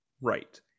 right